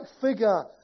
figure